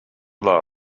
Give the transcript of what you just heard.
love